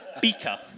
beaker